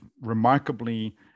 remarkably